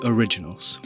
Originals